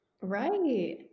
right